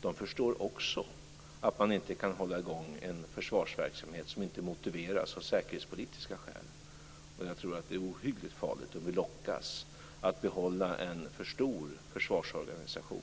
De förstår också att man inte kan hålla i gång en försvarsverksamhet som inte motiveras av säkerhetspolitiska skäl. Jag tror att det är ohyggligt farligt om vi lockas att behålla en för stor försvarsorganisation.